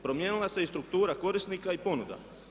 Promijenila se i struktura korisnika i ponuda.